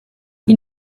you